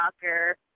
soccer